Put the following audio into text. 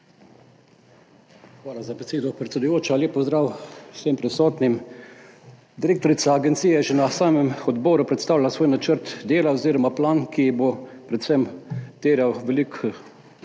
Hvala za besedo, predsedujoča. Lep pozdrav vsem prisotnim! Direktorica agencije je že na samem odboru predstavila svoj načrt dela oziroma plan, ki bo predvsem terjal veliko